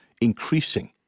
increasing